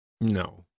No